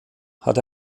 hat